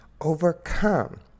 Overcome